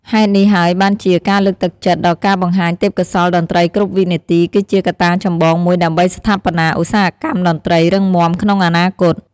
ហេតុនេះហើយបានជា ការលើកទឹកចិត្តដល់ការបង្ហាញទេពកោសល្យតន្ត្រីគ្រប់វិនាទីគឺជាកត្តាចម្បងមួយដើម្បីស្ថាបនាឧស្សាហកម្មតន្ត្រីរឹងមាំក្នុងអនាគត។